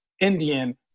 indian